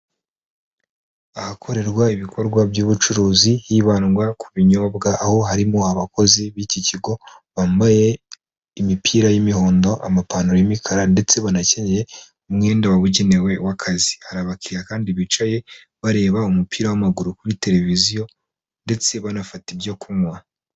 Ahakorerwa ibikorwa by'ubucuruzi, hibandwa ku binyobwa, aho harimo abakozi b'iki kigo, bambaye imipira y'imihondo, amapantaro y'imikara, ndetse banakenyeye umwenda wabugenewe w'akazi, hari abakiriya kandi bicaye bareba umupira w'amaguru kuri televiziyo, ndetse banafata ibyo kunywa.